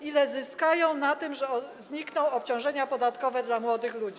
Ile zyskają na tym, że znikną obciążenia podatkowe dla młodych ludzi?